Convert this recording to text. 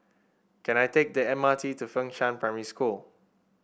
can I take the M R T to Fengshan Primary School